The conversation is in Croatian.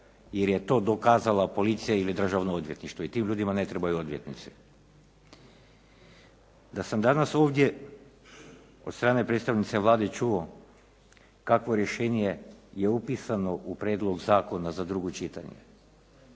jer je to dokazala policija ili Državno odvjetništvo. I tim ljudima ne trebaju odvjetnici. Da sam danas ovdje od strane predstavnice Vlade čuo kakvo rješenje je upisano u prijedlog zakona za drugo čitanje